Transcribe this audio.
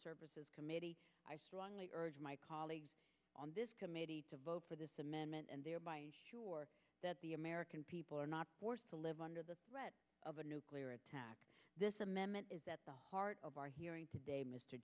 services committee i strongly urge my colleagues on this committee to vote for this amendment and thereby ensuring that the american people are not forced to live under the threat of a nuclear attack this amendment is that the heart of our hearing today mr